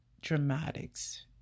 dramatics